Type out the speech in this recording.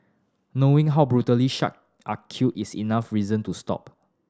knowing how brutally shark are killed is enough reason to stop